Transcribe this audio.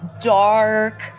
dark